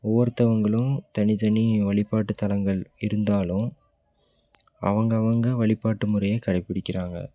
ஒவ்வொருத்தவங்களும் தனித்தனி வழிபாட்டு தலங்கள் இருந்தாலும் அவங்கவங்க வழிபாட்டு முறையை கடைப்பிடிக்கிறாங்க